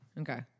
Okay